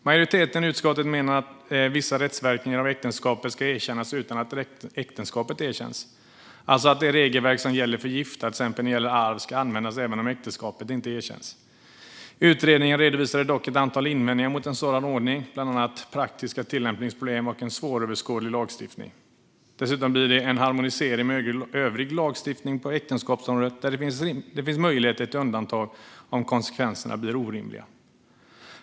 Majoriteten i utskottet menar att vissa rättsverkningar av äktenskapet ska erkännas utan att äktenskapet erkänns, alltså att det regelverk som gäller för gifta, till exempel när det gäller arv, ska användas även om äktenskapet inte erkänns. Utredningen redovisade dock ett antal invändningar mot en sådan ordning. Det handlade bland annat om praktiska tillämpningsproblem och en svåröverskådlig lagstiftning. Dessutom blir det en harmonisering med övrig lagstiftning på äktenskapsområdet, där det finns möjlighet till undantag om konsekvenserna blir orimliga.